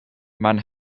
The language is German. man